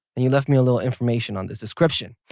and you left me little information on this description.